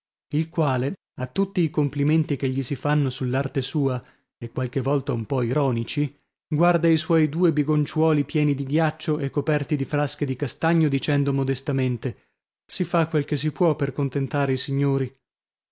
il quale a tutti i complimenti che gli si fanno sull'arte sua e qualche volta un po ironici guarda i suoi due bigonciuoli pieni di ghiaccio e coperti di frasche di castagno dicendo modestamente si fa quel che si può per contentare i signori